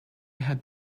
had